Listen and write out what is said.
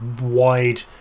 wide